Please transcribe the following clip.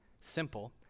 simple